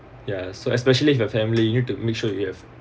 ya so especially if your family you need to make sure you have